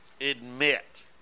admit